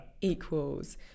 Equals